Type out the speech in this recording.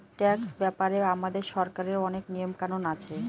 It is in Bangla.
ট্যাক্স ব্যাপারে আমাদের সরকারের অনেক নিয়ম কানুন আছে